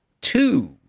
two